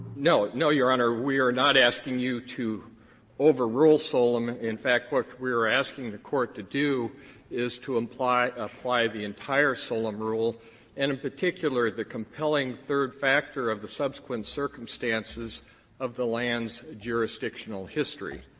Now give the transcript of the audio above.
no. no, your honor. we are not asking you to overrule solem. in fact, what we are asking the court to do is to imply apply the entire solem rule and, in particular, the compelling third factor of the subsequent circumstances of the land's jurisdictional history.